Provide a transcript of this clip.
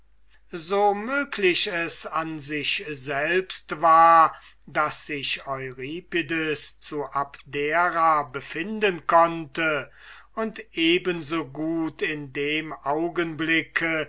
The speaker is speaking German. so möglich es an sich selbst war daß sich euripides zu abdera befinden konnte und eben so gut in dem augenblick